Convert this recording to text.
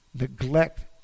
neglect